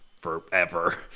forever